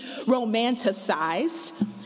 romanticized